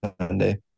Sunday